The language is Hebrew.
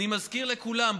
אני מזכיר לכולם,